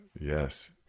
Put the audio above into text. yes